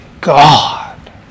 God